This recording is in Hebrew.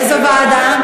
לאיזו ועדה?